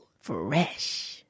Fresh